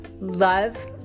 Love